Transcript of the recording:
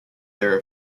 their